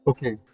Okay